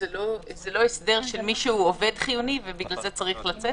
זה לא הסדר לגבי עובד חיוני שבגלל זה הוא צריך לצאת?